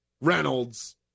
Reynolds